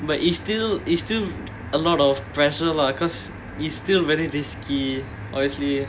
but it's still it's still a lot of pressure lah because is still very risky obviously